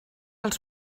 els